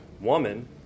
woman